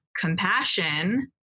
compassion